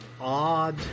odd